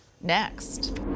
next